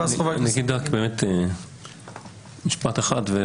משפט אחד.